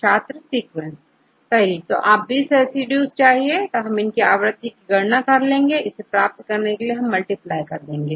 छात्र सीक्वेंस सही आप हमें सभी20 रेसिड्यू चाहिए हम इनकी आवृत्ति की गणना कर लेंगे इसे प्राप्त करने के बाद हम मल्टीप्लाई करेंगे